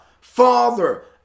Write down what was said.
Father